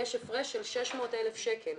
יש הפרש של 600,000 שקלים.